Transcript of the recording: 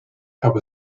have